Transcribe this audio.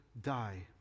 die